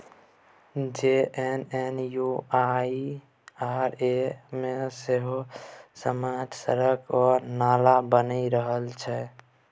JNNURM सँ सभटा सड़क आ नाला बनि रहल छै